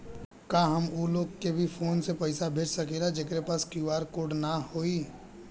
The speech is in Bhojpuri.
का हम ऊ लोग के भी फोन से पैसा भेज सकीला जेकरे पास क्यू.आर कोड न होई?